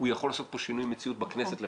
יכול לעשות פה שינוי מציאות בכנסת לפחות.